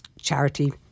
charity